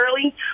early